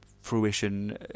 fruition